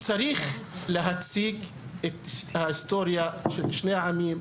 צריך להציג את ההיסטוריה של שני העמים,